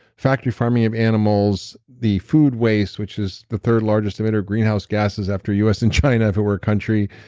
factory farming of animals, the food waste, which is the third largest emitter of greenhouse gases after us and china if it were a country,